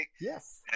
Yes